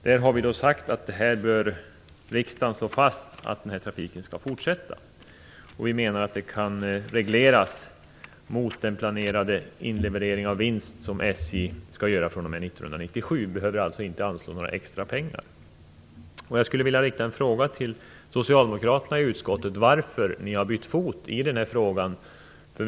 Vi har sagt att här bör riksdagen slå fast att den här trafiken skall fortsätta. Vi menar att det kan regleras mot den planerade inleverering av vinst som SJ skall göra fr.o.m. 1997. Man behöver alltså inte anslå extra medel. Jag vill rikta en fråga till socialdemokraterna i utskottet. Varför har ni bytt fot i detta ämne?